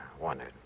wondered